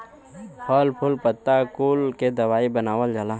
फल फूल पत्ता कुल के दवाई बनावल जाला